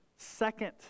Second